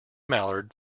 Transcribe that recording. mallard